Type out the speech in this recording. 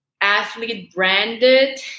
athlete-branded